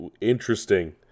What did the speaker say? interesting